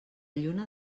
lluna